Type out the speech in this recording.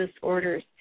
disorders